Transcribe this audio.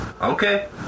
okay